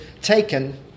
taken